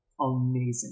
amazing